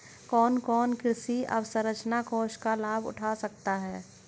कौन कौन कृषि अवसरंचना कोष का लाभ उठा सकता है?